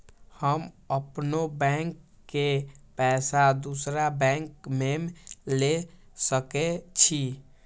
हम अपनों बैंक के पैसा दुसरा बैंक में ले सके छी?